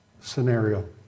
scenario